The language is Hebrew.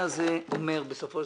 שלעבודה אחלה.